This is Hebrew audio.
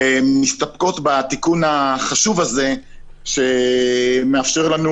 מסתפקות בתיקון החשוב הזה שמאפשר לנו